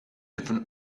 even